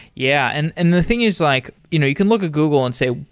yeah, and and the thing is like you know you can look at google and say,